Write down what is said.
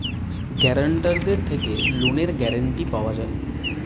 গ্যারান্টারদের থেকে লোনের গ্যারান্টি পাওয়া যায়